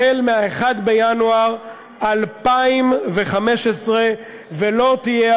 החל מ-1 בינואר 2015. ולא תהיה,